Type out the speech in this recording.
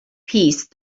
peace